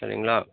செரிங்களா